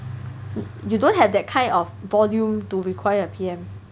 you don't have that kind of volume to require a P_M